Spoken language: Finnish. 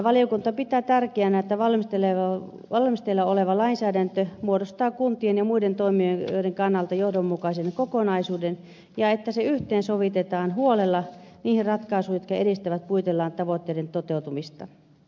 valiokunta pitää tärkeänä että valmisteilla oleva lainsäädäntö muodostaa kuntien ja muiden toimijoiden kannalta johdonmukaisen kokonaisuuden ja että se yhteensovitetaan huolella niihin ratkaisuihin jotka edistävät puitelain tavoitteiden toteutumista